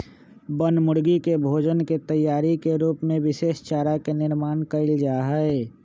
बनमुर्गी के भोजन के तैयारी के रूप में विशेष चारा के निर्माण कइल जाहई